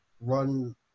run